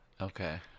Okay